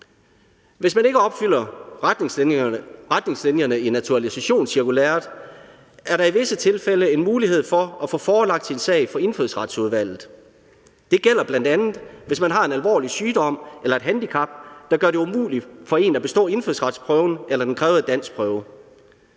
Hvis man ikke opfylder retningslinjerne i naturalisationscirkulæret, er der i visse tilfælde en mulighed for at få forelagt sin sag for Indfødsretsudvalget. Det gælder bl.a., hvis man har en alvorlig sygdom eller et handicap, der gør det umuligt for en at bestå indfødsretsprøven eller den krævede danskprøve.